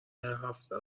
هفته